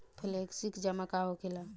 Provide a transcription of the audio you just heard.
Flexi जमा का होखेला?